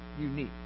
unique